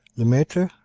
lemaitre,